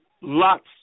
lots